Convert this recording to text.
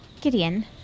Gideon